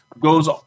goes